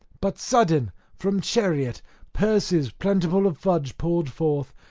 but sudden from chariot purses plentiful of fudge poured forth,